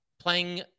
playing